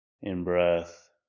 in-breath